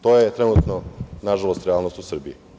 To je trenutno, nažalost, realnost u Srbiji.